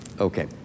Okay